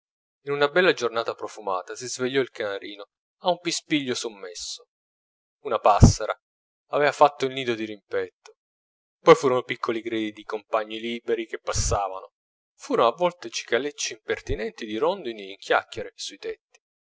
in una bella giornata profumata si svegliò il canarino a un pispiglio sommesso una passera aveva fatto il nido di rimpetto poi furono piccoli gridi di compagni liberi che passavano furono a volte cicalecci impertinenti di rondoni in chiacchiere sui tetti